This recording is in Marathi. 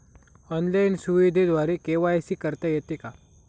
ऑनलाईन सुविधेद्वारे के.वाय.सी करता येते का?